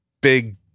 big